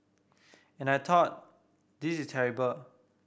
and I thought this is terrible